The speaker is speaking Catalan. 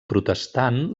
protestant